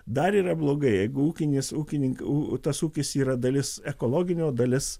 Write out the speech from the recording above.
dar yra blogai jeigu ūkinės ūkininkų tas ūkis yra dalis ekologinio dalis